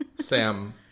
Sam